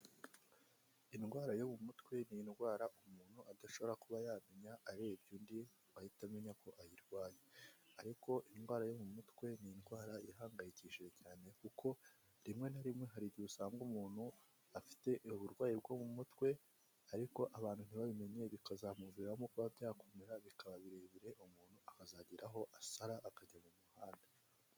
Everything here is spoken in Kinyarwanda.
Indwara yo mu mutwe ni indwara umuntu adashobora kuba yamenya arebye undi, ngo ahita yamenya ko ayirwaye. Ariko indwara yo mu mutwe, ni indwara ihangayikishije cyane kuko, rimwe na rimwe hari igihe usanga umuntu, afite uburwayi bwo mu mutwe, ariko abantu ntibabimenye, bikazamuviramo kuba byakomera, bikaba birebire, umuntu akazagira aho asara akajya mu muhanda.